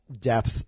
depth